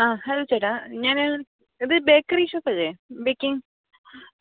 ആ ഹലോ ചേട്ടാ ഞാൻ ഇത് ബേക്കറി ഷോപ്പ് അല്ലേ ബേക്കിങ്ങ്